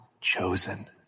chosen